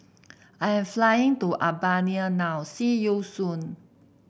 I am flying to Albania now see you soon